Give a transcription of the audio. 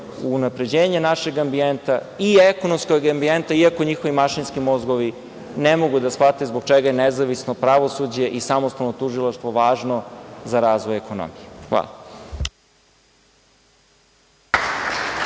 u unapređenje našeg ambijenta i ekonomskog ambijenta, iako njihovi mašinski mozgovi ne mogu da shvate zbog čega je nezavisno pravosuđe i samostalno tužilaštvo važno za razvoj ekonomije. Hvala.